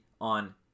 on